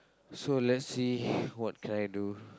so let's see what can I do